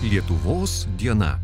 lietuvos diena